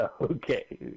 Okay